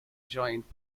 joint